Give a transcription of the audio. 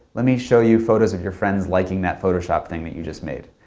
let me show you photos of your friends liking that photoshop thing that you just made,